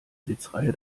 sitzreihe